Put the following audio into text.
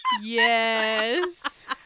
Yes